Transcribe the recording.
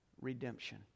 redemption